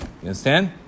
understand